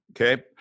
okay